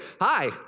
Hi